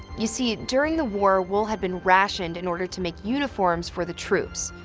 you see, during the war, wool had been rationed in order to make uniforms for the troops.